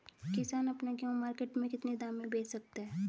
किसान अपना गेहूँ मार्केट में कितने दाम में बेच सकता है?